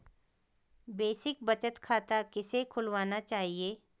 Basic बचत खाता किसे खुलवाना चाहिए?